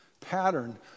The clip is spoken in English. pattern